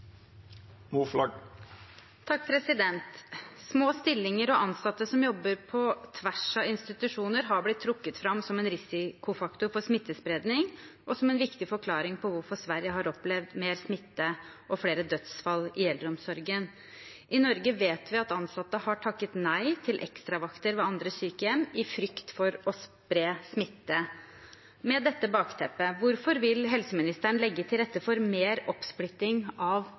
Små stillinger og ansatte som jobber på tvers av institusjoner, har blitt trukket fram som en risikofaktor for smittespredning og som en viktig forklaring på hvorfor Sverige har opplevd mer smitte og flere dødsfall i eldreomsorgen. I Norge vet vi at ansatte har takket nei til ekstravakter ved andre sykehjem i frykt for å spre smitte. Med dette som bakteppe: Hvorfor vil helseministeren legge til rette for mer oppsplitting av